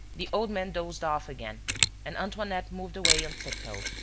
the old man dozed off again and antoinette moved away on tip-toe.